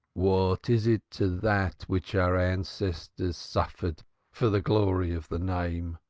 what is it to that which our ancestors suffered for the glory of the name?